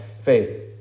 faith